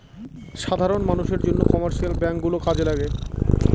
সাধারন মানষের জন্য কমার্শিয়াল ব্যাঙ্ক গুলো কাজে লাগে